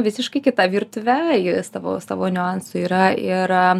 visiškai kita virtuve ji savo savo niuansų yra ir